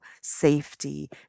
safety